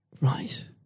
Right